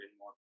more